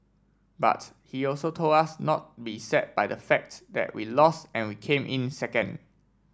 but he also told us not be sad by the fact that we lost and we came in second